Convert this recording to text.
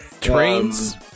Trains